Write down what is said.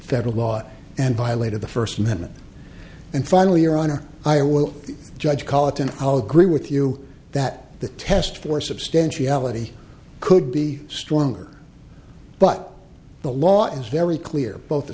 federal law and violated the first amendment and finally your honor i will judge call it an all agree with you that the test for substantiality could be stronger but the law is very clear both the